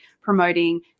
promoting